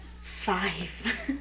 five